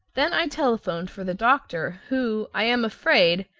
then i telephoned for the doctor, who, i am afraid,